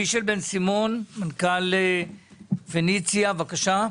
מישל בן סימון, מנכ"ל פיניציה, בבקשה.